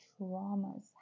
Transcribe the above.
traumas